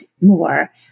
more